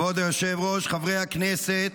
כבוד היושב-ראש, חברי הכנסת,